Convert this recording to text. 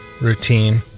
routine